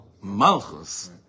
Malchus